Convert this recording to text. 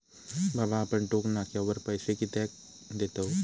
बाबा आपण टोक नाक्यावर पैसे कित्याक देतव?